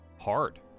hard